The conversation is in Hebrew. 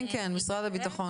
כן, משרד הביטחון